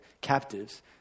captives